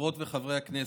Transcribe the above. חברות וחברי הכנסת,